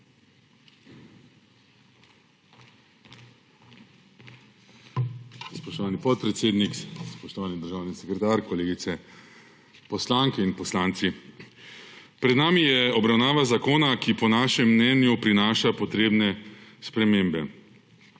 Spoštovani podpredsednik, spoštovani državni sekretar, kolegi poslanke in poslanci! Pred nami je obravnava zakona, ki po našem mnenju prinaša potrebne spremembe.